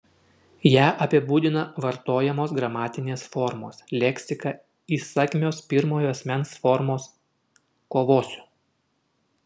ją apibūdina vartojamos gramatinės formos leksika įsakmios pirmojo asmens formos kovosiu